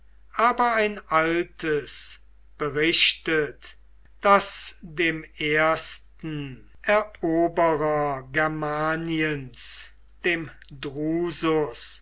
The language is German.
aber ein altes berichtet daß dem ersten eroberer germaniens dem drusus